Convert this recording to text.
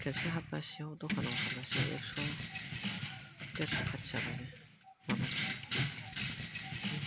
खेबसे हाबगासेयाव दखानाव हाबगासेयाव एगस' देरस' खाथियाबानो माबानो गैया